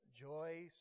Joyce